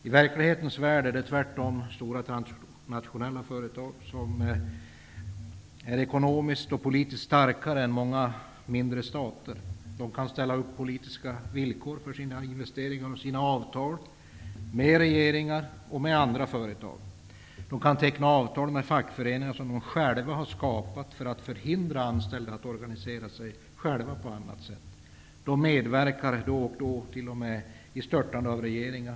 I verklighetens värld är, tvärtom, de stora transnationella företagen ekonomiskt och politiskt starkare än många mindre stater. De kan ställa upp politiska villkor för sina investeringar och avtal med regeringar och andra företag. De kan teckna avtal med fackföreningar som de själva har skapat för att på så sätt förhindra anställda att organisera sig själva på annat sätt. De medverkar då och då i störtandet av regeringar.